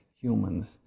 humans